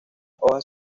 hojas